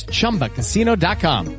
ChumbaCasino.com